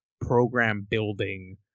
program-building